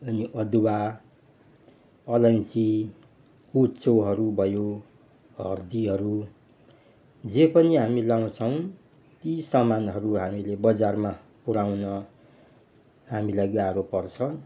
अनि अदुवा अलैँची कुच्चोहरू भयो हर्दीहरू जे पनि हामी लाउँछौँ ती सामानहरू हामीले बजारमा पुऱ्याउन हामीलाई गाह्रो पर्छ